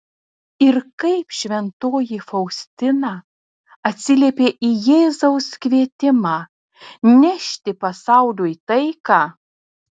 ir kaip šventoji faustina atsiliepė į jėzaus kvietimą nešti pasauliui taiką